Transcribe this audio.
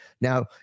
now